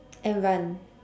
and run